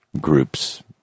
groups